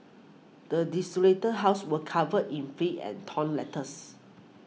the desolated house was covered in filth and torn letters